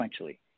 sequentially